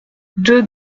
deux